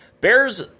Bears